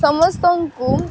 ସମସ୍ତଙ୍କୁ